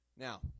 Now